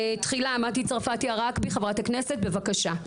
תחילה מטי צרפתי הרכבי חברת הכנסת בבקשה.